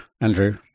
andrew